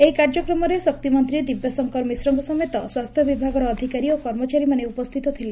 ଏହି କାର୍ଯ୍ୟକ୍ରମରେ ଶକ୍ତିମନ୍ତୀ ଦିବ୍ୟଶଙ୍କର ମିଶ୍ରଙ୍କ ସମେତ ସ୍ୱାସ୍ଥ୍ୟବିଭାଗର ଅଧିକାରୀ ଓ କର୍ମଚାରୀ ଉପସ୍ଥିତ ଥିଲେ